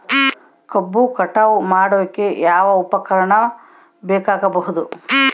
ಕಬ್ಬು ಕಟಾವು ಮಾಡೋಕೆ ಯಾವ ಉಪಕರಣ ಬೇಕಾಗಬಹುದು?